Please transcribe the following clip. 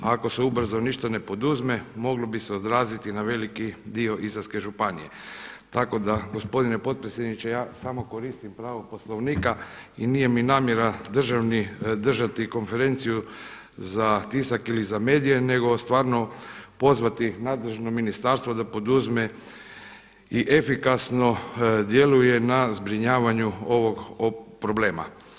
Ako se ubrzo ništa ne poduzme moglo bi se odraziti na veliki dio Istarske županije, tako da gospodine potpredsjedniče ja samo koristim pravo Poslovnika i nije mi namjera držati konferenciju za tisak ili za medije, nego stvarno pozvati nadležno ministarstvo da poduzme i efikasno djeluje na zbrinjavanju ovog problema.